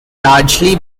largely